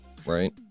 right